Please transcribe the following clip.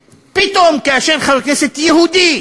פתאום, כאשר חבר כנסת יהודי